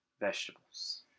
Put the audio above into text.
vegetables